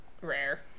rare